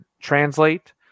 translate